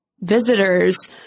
visitors